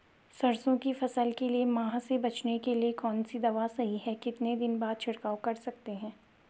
सरसों की फसल के लिए माह से बचने के लिए कौन सी दवा सही है कितने दिन बाद छिड़काव कर सकते हैं?